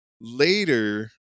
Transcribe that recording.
Later